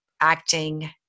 acting